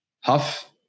Huff